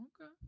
Okay